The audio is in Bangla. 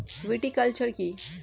ভিটিকালচার কী?